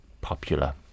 popular